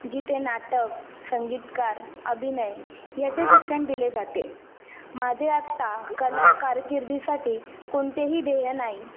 जिथे नाटक संगीतकार अभिनय ह्याचं शिक्षण दिले जाते माझे आत्ता कला कारकिर्दीसाठी कोणतेही ध्येय नाही